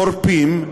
חורפים,